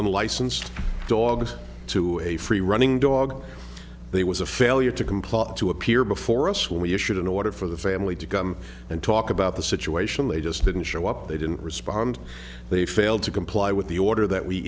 unlicensed dogs to a free running dog there was a failure to comply to appear before us when we issued an order for the family to come and talk about the situation they just didn't show up they didn't respond they failed to comply with the order that we